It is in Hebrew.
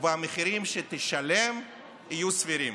והמחירים שתשלם יהיו סבירים.